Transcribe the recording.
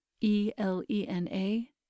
E-L-E-N-A